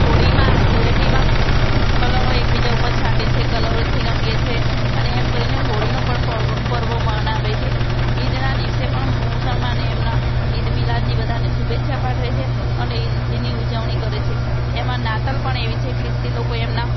હોળીમાં ધૂળેટીમાં કલરો એકબીજા ઉપર છાંટે છે કલરોથી રંગે છે અને એમ કરીને હોળીનો પણ પર્વ મનાવે છે ઈદના દિવસે પણ મુસલમાન એમના ઈદ એ મિલાદની બધાને શુભેચ્છા પાઠવે છે અને ઈદની ઉજવણી કરે છે એમાં નાતાલ પણ એવી છે ખ્રિસ્તી લોકો એમના